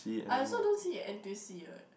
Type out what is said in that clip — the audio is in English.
I also don't see at n_t_u_c [what]